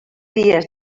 dies